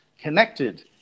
connected